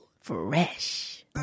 Fresh